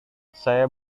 saya